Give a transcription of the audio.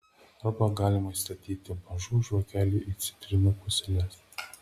arba galima įstatyti mažų žvakelių į citrinų puseles